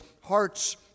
hearts